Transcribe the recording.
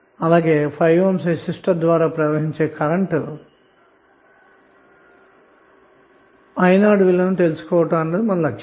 5 Ohm resistance ద్వారా ప్రవహించే current i 0 విలువను తెలుసుకొనుట మన లక్ష్యం